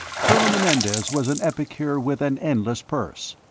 colonel menendez was an epicure with an endless purse.